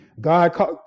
God